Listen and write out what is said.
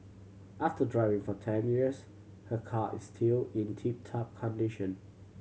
after driving for ten years her car is still in tip top condition